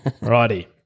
Righty